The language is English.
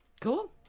cool